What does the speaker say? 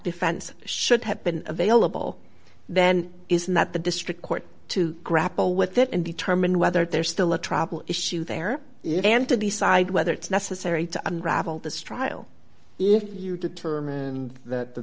defense should have been available then isn't that the district court to grapple with that and determine whether there's still a travel issue there is and to decide whether it's necessary to unravel this trial if you determine that the